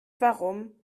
warum